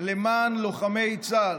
למען לוחמי צה"ל.